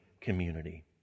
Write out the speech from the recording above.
community